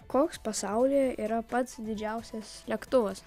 koks pasaulyje yra pats didžiausias lėktuvas